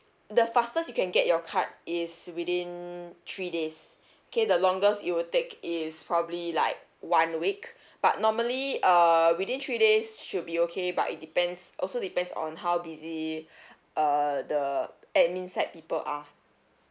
the fastest you can get your card is within three days K the longest it will take is probably like one week but normally uh within three days should be okay but it depends also depends on how busy uh the admin side people are